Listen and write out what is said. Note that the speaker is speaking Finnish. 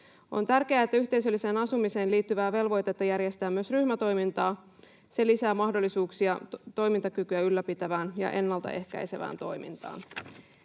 On tärkeää, että yhteisölliseen asumiseen liittyy velvoite järjestää myös ryhmätoimintaa. Se lisää mahdollisuuksia toimintakykyä ylläpitävään ja ennaltaehkäisevään toimintaan.